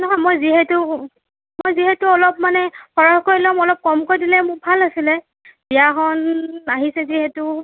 নহয় মই যিহেতু মই যিহেতু অলপ মানে সৰহকৈ ল'ম অলপ কমকৈ দিলে মোক ভাল আছিলে বিয়াখন আহিছে যিহেতু